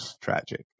Tragic